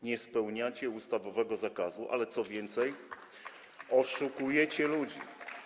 Nie spełniacie ustawowego nakazu, ale, co więcej, oszukujecie ludzi.